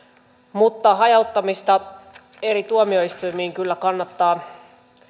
mutta hajauttamista eri tuomioistuimiin kyllä kannattaa